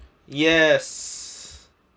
yes